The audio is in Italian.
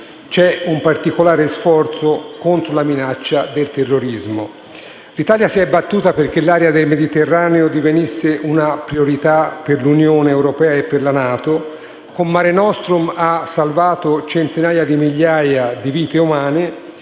un particolare sforzo contro la minaccia del terrorismo. L'Italia sì è battuta perché l'area del Mediterraneo divenisse una priorità per l'Unione europea e per la NATO e, con Mare nostrum, ha salvato centinaia di migliaia di vite umane,